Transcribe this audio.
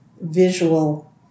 visual